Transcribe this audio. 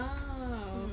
!wow!